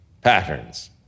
patterns